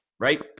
Right